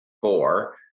four